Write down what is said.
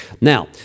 Now